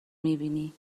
میبینی